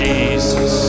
Jesus